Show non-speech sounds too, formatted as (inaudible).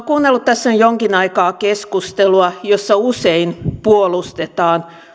(unintelligible) kuunnellut tässä jo jonkin aikaa keskustelua jossa usein puolustetaan